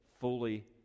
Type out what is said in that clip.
fully